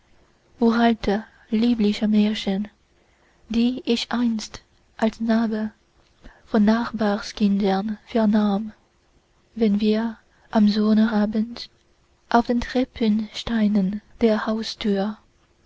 liebliche märchen die ich einst als knabe von nachbarskindern vernahm wenn wir am sommerabend auf den treppensteinen der